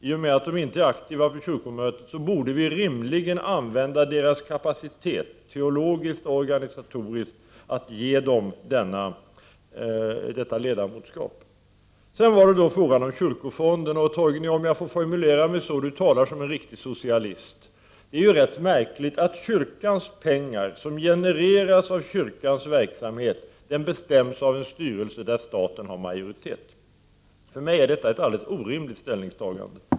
I och med att de inte är aktiva på kyrkomötet borde vi rimligen använda deras kapacitet, teologiskt och organisatoriskt, genom att ge dem detta ledamotskap. Sedan till frågan om kyrkofonden. Torgny Larsson talar här, om jag nu får formulera mig så, som en riktig socialist. Det är rätt märkligt att beslut om kyrkans pengar, som genereras genom kyrkans verksamhet, fattas av en styrelse där staten har majoritet. För mig är detta ett alldeles orimligt ställningstagande.